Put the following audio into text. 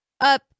up